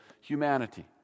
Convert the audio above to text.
humanity